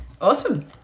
Awesome